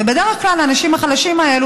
ובדרך כלל האנשים החלשים האלה,